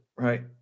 right